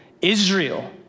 Israel